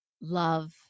love